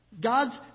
God's